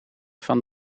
van